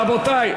רבותי,